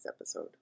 episode